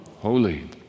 Holy